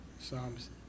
Psalms